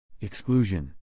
Exclusion